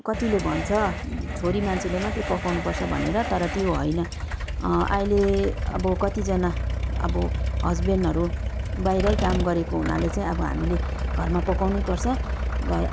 कतिले भन्छ छोरी मान्छेले मात्रै पकाउनुपर्छ भनेर तर त्यो होइन अहिले अब कतिजना अब हस्बेन्डहरू बाहिरै काम गरेको हुनाले चाहिँ अब हामीले घरमा पकाउनै पर्छ घर